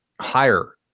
higher